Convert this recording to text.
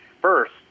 first